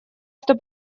что